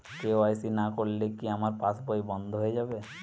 KYC না করলে কি আমার পাশ বই বন্ধ হয়ে যাবে?